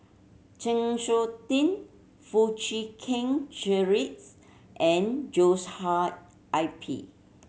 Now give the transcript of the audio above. Chng Seok Tin Foo Chee Keng Cedric and Joshua I P